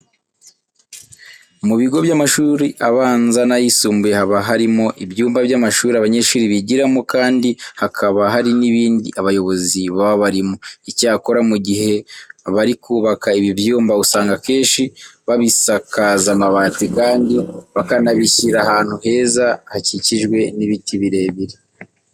Mu bigo by'amashuri abanza n'ayisumbuye haba harimo ibyumba by'amashuri abanyeshuri bigiramo kandi hakaba hari n'ibindi abayobozi baba barimo. Icyakora mu gihe bari kubaka ibi byumba usanga akenshi babisakaza amabati kandi bakanabishyira ahantu heza hakikijwe n'ibiti birebire.